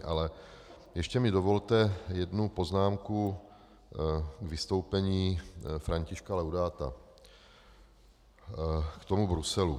Ale ještě mi dovolte jednu poznámku k vystoupení Františka Laudáta k tomu Bruselu.